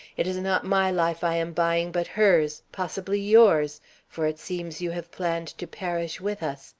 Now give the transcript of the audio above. it is not my life i am buying, but hers, possibly yours for it seems you have planned to perish with us.